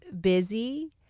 busy